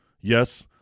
Yes